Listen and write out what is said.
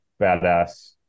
badass